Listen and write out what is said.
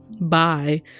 Bye